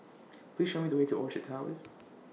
Please Show Me The Way to Orchard Towers